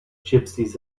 gypsies